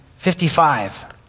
55